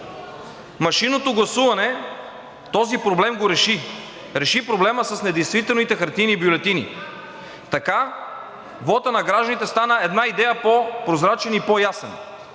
Машинното гласуване този проблем го реши – реши проблема с недействителните хартиени бюлетини. Така вотът на гражданите стана една идея по-прозрачен и по-ясен.